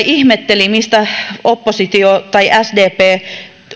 ihmetteli mistä oppositio tai sdp